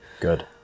Good